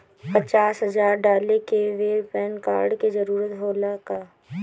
पचास हजार डाले के बेर पैन कार्ड के जरूरत होला का?